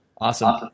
Awesome